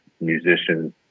musicians